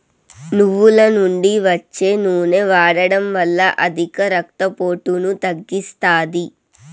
నువ్వుల నుండి వచ్చే నూనె వాడడం వల్ల అధిక రక్త పోటును తగ్గిస్తాది